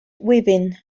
viewing